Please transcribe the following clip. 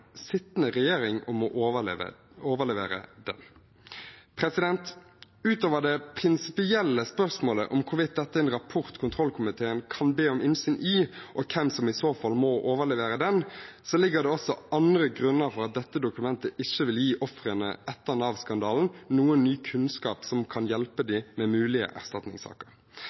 sittende regjering om å overlevere det. Utover det prinsipielle spørsmålet om hvorvidt dette er en rapport kontrollkomiteen kan be om innsyn i, og hvem som i så fall må overlevere den, er det også andre grunner til at dette dokumentet ikke vil gi ofrene etter Nav-skandalen noen ny kunnskap som kan hjelpe dem med mulige erstatningssaker.